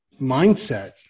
mindset